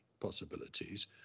possibilities